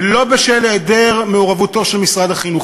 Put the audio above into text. ולא בשל היעדר מעורבותו של משרד החינוך.